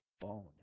phone